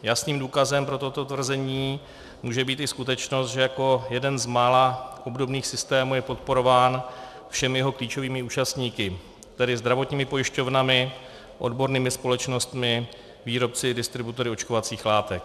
Jasným důkazem pro toto tvrzení může být i skutečnost, že jako jeden z mála obdobných systémů je podporován všemi jeho klíčovými účastníky, tedy zdravotními pojišťovnami, odbornými společnostmi, výrobci, distributory očkovacích látek.